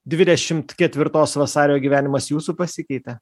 dvidešim ketvirtos vasario gyvenimas jūsų pasikeitė